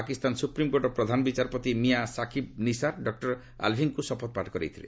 ପାକିସ୍ତାନର ସୁପ୍ରିମ୍କୋର୍ଟ ପ୍ରଧାନ ବିଚାରପତି ମିଆଁ ସାକିବ୍ ନିସାର ଡକ୍କର୍ ଆଲ୍ଭିଙ୍କୁ ଶପଥପାଠ କରାଇଥିଲେ